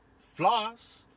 floss